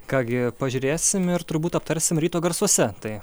ką gi pažiūrėsim ir turbūt aptarsim ryto garsuose tai